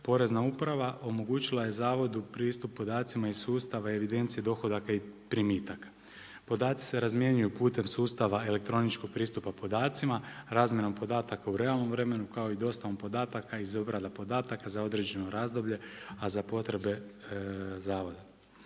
porezna uprava omogućila je zavodu pristup podacima iz sustava evidencije dohodaka i primitaka. Podaci se razmjenjuju putem sustava elektroničkog pristupa podacima, razmjenom podataka u realnom vremenu kao i dostavom podataka, obrada podataka za određeno razdoblje a za potrebe zavoda.